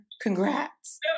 Congrats